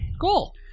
Cool